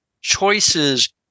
choices